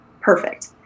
perfect